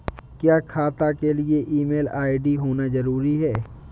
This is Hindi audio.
क्या खाता के लिए ईमेल आई.डी होना जरूरी है?